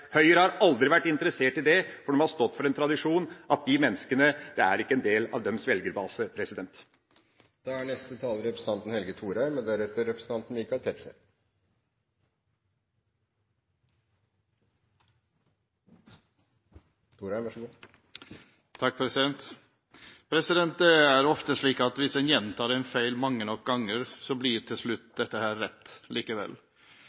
Høyre har aldri vært interessert i det, for de har stått for en tradisjon at disse menneskene ikke er en del av deres velgerbase. Det er ofte slik at hvis en gjentar en feil mange nok ganger, blir det til slutt